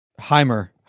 Heimer